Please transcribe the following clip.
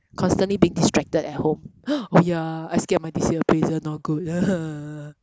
constantly being distracted at home oh ya I scared my this year appraisal not good